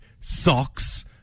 socks